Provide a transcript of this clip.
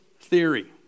theory